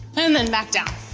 and then back down.